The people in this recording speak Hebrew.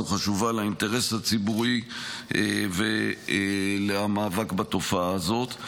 חשובה לאינטרס הציבורי ולמאבק בתופעה הזאת.